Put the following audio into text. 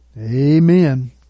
Amen